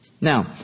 Now